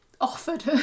offered